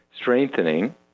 Strengthening